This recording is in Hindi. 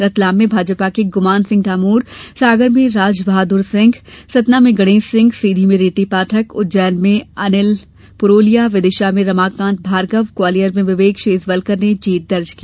रतलाम में भाजपा के गुमान सिंह डामोर सागर में राजबहादुर सिंह सतना में गणेश सिंह सीधी में रीती पाठक उज्जैन में अनिल पुरोलिया विदिशा में रमाकान्त भार्गव ग्वालियर में विवेक शेजवलकर ने जीत दर्ज की